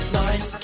Lauren